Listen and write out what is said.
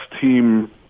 team